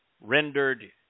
rendered